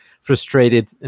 frustrated